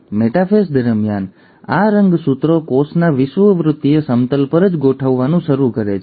હવે મેટાફેઝ દરમિયાન આ રંગસૂત્રો કોષના વિષુવવૃત્તીય સમતલ પર જ ગોઠવવાનું શરૂ કરે છે